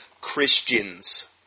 Christians